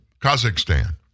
Kazakhstan